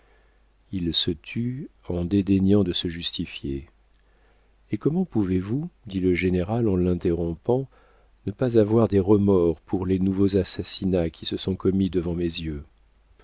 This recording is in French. il se tut en dédaignant de se justifier et comment pouvez-vous dit le général en l'interrompant ne pas avoir des remords pour les nouveaux assassinats qui se sont commis devant mes yeux